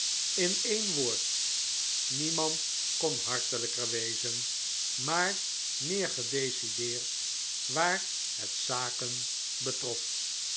in een woord niemand kon hartelijker wezen maar meer gedecideerd waar het zaken betrof